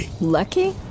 Lucky